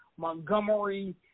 Montgomery